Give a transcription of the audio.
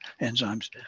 enzymes